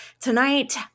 Tonight